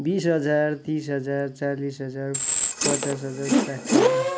बिस हजार तिस हजार चालिस हजार पचास हजार साठी हजार